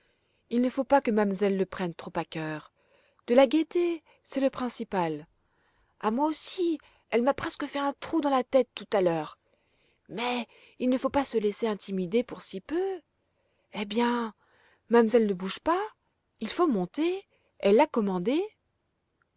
il ne faut pas que mamselle le prenne trop à cœur de la gaîté c'est le principal a moi aussi elle m'a presque fait un trou dans la tête tout à l'heure mais il ne faut pas se laissa intimider pour si peu eh bien mamselle ne bouge pas il faut monter elle l'a commandé